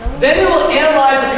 then it will analyze